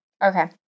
okay